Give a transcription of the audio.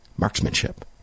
marksmanship